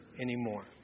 anymore